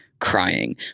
crying